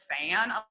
fan